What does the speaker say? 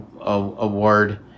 award